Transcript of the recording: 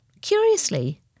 curiously